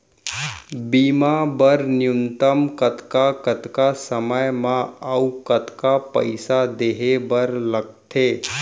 बीमा बर न्यूनतम कतका कतका समय मा अऊ कतका पइसा देहे बर लगथे